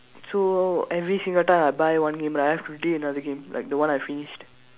so every single time I buy one game right I have to delete another game like the one I finished